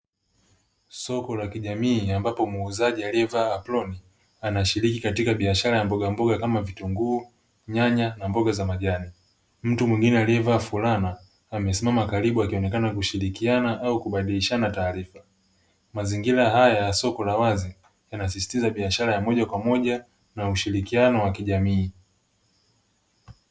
Soko la kijamii ambapo muuzaji aliyevaa aproni anashiriki katika biashara ya mbogamboga kama vile vitunguu, nyanya na mboga za majani, mtu mwingine aliyevaa fulana amesimama karibu akionekana kushirikiana au kubadilishana taarifa mazingira haya ya soko la wazia yanasisitiza biashara ya moja kwa moja na ushirikiano wa kijamii.